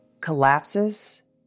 collapses